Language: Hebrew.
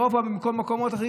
מאירופה ומכל מיני מקומות אחרים,